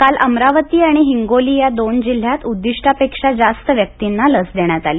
काल अमरावती आणि हिंगोली या दोन जिल्ह्यांत उद्दिष्टापेक्षा जास्त व्यक्तींना लस देण्यात आली